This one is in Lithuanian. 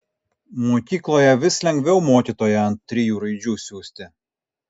mokykloje vis lengviau mokytoją ant trijų raidžių siųsti